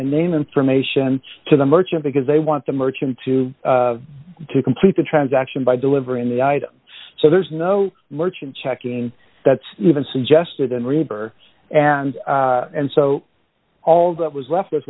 and name information to the merchant because they want the merchant to complete the transaction by delivering the item so there's no merchant checking that's even suggested and rebore and and so all that was left